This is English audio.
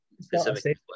specific